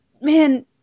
man